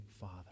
Father